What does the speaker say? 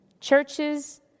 churches